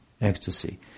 ecstasy